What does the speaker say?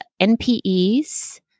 NPEs